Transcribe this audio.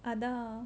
அதான்:athaan